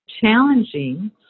challenging